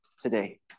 today